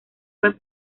web